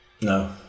no